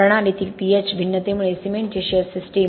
प्रणालीतील pH भिन्नतेमुळे cementitious system